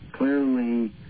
clearly